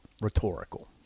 Rhetorical